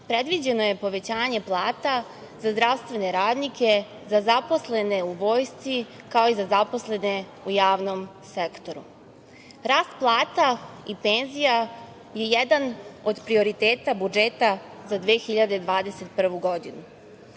predviđeno je povećanje plata za zdravstvene radnike, za zaposlene u Vojsci, kao i za zaposlene u javnom sektoru. Rast plata i penzija je jedan od prioriteta budžeta za 2021. godinu.